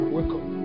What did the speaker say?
welcome